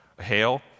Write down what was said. hail